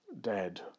dead